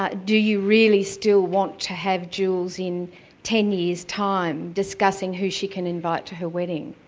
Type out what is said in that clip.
ah do you really still want to have jules in ten years' time discussing who she can invite to her wedding?